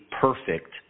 perfect